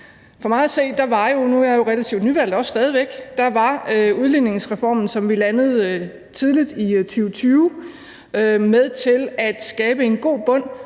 for mig at se var udligningsreformen, som vi landede tidligt i 2020, med til at skabe en god bund